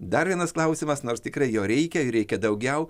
dar vienas klausimas nors tikrai jo reikia ir reikia daugiau